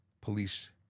police